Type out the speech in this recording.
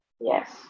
Yes